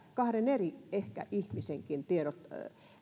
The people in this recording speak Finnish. kahden eri ihmisenkin tiedot